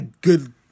good